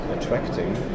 attracting